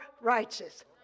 righteous